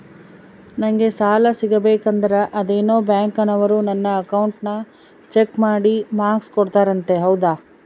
ನಂಗೆ ಸಾಲ ಸಿಗಬೇಕಂದರ ಅದೇನೋ ಬ್ಯಾಂಕನವರು ನನ್ನ ಅಕೌಂಟನ್ನ ಚೆಕ್ ಮಾಡಿ ಮಾರ್ಕ್ಸ್ ಕೋಡ್ತಾರಂತೆ ಹೌದಾ?